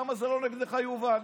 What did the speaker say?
למה זה לא נגדך, יובל?